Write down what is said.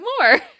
more